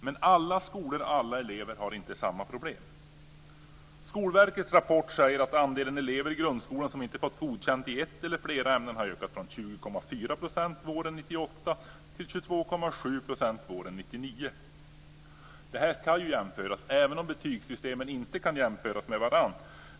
Men alla skolor och alla elever har inte samma problem. Skolverkets rapport säger att andelen elever i grundskolan som inte fått godkänt i ett eller flera ämnen har ökat från 20,4 % våren 1998 till 22,7 % våren 1999. Betygssystemen kan inte jämföras med varandra.